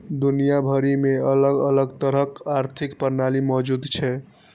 दुनिया भरि मे अलग अलग तरहक आर्थिक प्रणाली मौजूद छै